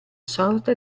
sorta